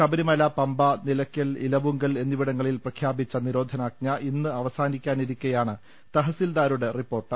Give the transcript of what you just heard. ശബരിമല പമ്പ നിലയ്ക്കൽ ഇലവുങ്കൽ എന്നിവിടങ്ങളിൽ പ്രഖ്യാപിച്ച നിരോധനാജ്ഞ ഇന്ന് അവസാനിക്കാനിരിക്കെയാണ് തഹസിൽദാറുടെ റിപ്പോർട്ട്